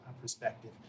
perspective